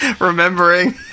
remembering